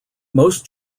most